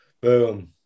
Boom